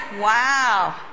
Wow